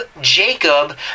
Jacob